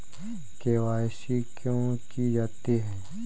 KYC क्यों की जाती है?